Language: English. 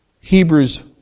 Hebrews